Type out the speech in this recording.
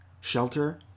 shelter